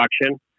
production